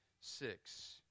six